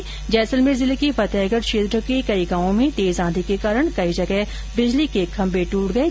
इस बीच जैसलमेर जिले के फतेहगढ क्षेत्र के कई गांवों में तेज आंधी के कारण कई जगह बिजली के खम्मे टट गये